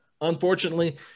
unfortunately